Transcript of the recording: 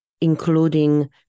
including